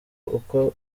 uko